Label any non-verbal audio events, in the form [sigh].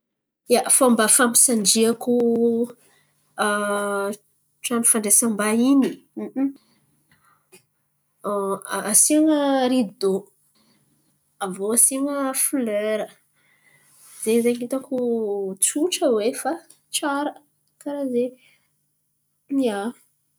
Ia, fômba fampisanjiako [hesitation] trano fandraisam-bahiny, [hesitation] asian̈a ridô, aviô asian̈a folera. Ze zen̈y hitako tsotra hoe fa tsara. Karà zen̈y, ia.